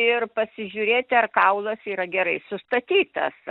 ir pasižiūrėti ar kaulas yra gerai sustatytas